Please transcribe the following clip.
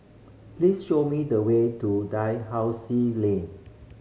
please show me the way to Dalhousie Lane